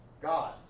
God